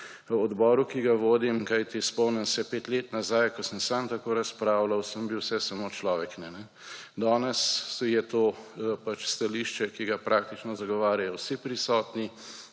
na odboru, ki ga vodim, kajti spomnim se pet let nazaj, ko sem sam tako razpravljal sem bil vse, samo človek ne. Danes je to stališče, ki ga praktično zagovarjajo vsi prisotni,